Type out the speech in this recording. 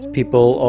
People